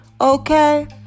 Okay